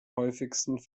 häufigsten